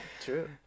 true